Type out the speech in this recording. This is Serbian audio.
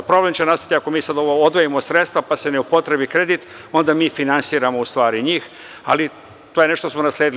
Problem će nastati ako mi sada odvojimo sredstva, pa se ne upotrebi kredit, onda mi finansiramo u stvari njih, ali to je nešto što smo nasledili.